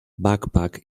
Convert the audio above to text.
backpack